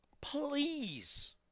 please